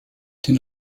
den